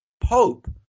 Pope